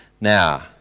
Now